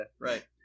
right